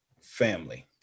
family